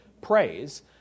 praise